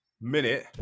minute